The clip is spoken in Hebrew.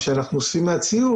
שאנחנו אוספים מהציבור,